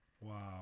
Wow